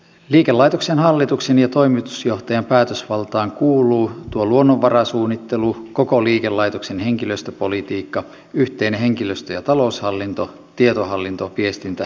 liikelaitoksen hallituksen ja toimitusjohtajan päätösvaltaan kuuluu tuo luonnonvarasuunnittelu koko liikelaitoksen henkilöstöpolitiikka yhteinen henkilöstö ja taloushallinto tietohallinto viestintä ja julkaisutoiminta